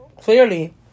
Clearly